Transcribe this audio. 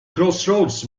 crossroads